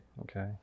Okay